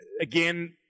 again